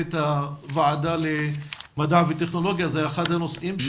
את הוועדה למדע וטכנולוגיה זה היה אחד הנושאים שם.